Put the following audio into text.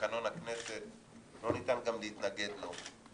לתקנון הכנסת גם לא ניתן להתנגד לו.